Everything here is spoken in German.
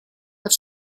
hat